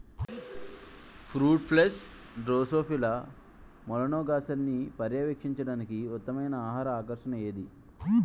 Fruit flies drosophila మెలనోగాస్టర్ని పర్యవేక్షించడానికి ఉత్తమమైన ఆహార ఆకర్షణ ఏది?